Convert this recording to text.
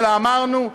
אלא אמרנו,